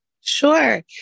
sure